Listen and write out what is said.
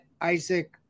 Isaac